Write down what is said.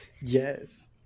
yes